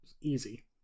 easy